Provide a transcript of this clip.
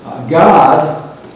God